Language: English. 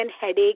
headache